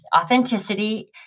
authenticity